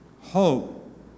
hope